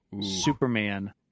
Superman